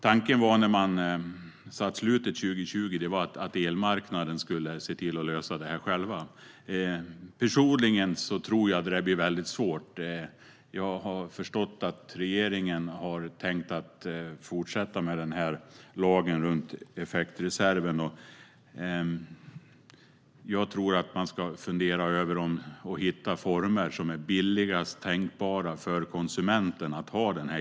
Tanken när man satte 2020 som slutdatum var att elmarknaden skulle lösa det här själv. Personligen tror jag att det blir svårt. Jag har förstått att regeringen har tänkt fortsätta med lagen om effektreserven, och jag tror att man ska försöka hitta former för den här elreserven som är billigast tänkbara för konsumenten.